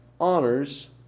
honors